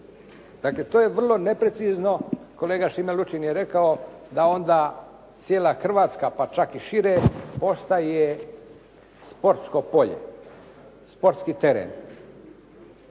Dakle, to je vrlo neprecizno. Kolega Šime Lučin je rekao da onda cijela Hrvatska pa čak i šire postaje sportsko polje, sportski teren.